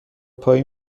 پایی